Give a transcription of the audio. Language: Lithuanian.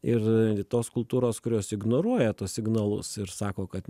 ir tos kultūros kurios ignoruoja tuos signalus ir sako kad